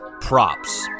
props